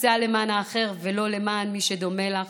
עושה למען האחר ולא למען מי שדומה לך,